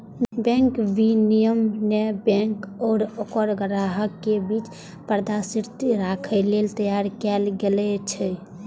bank विनियमन bank आ ओकर ग्राहकक बीच पारदर्शिता राखै लेल तैयार कैल गेल छै